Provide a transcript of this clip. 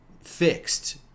fixed